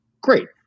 Great